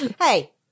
hey